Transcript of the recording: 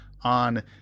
on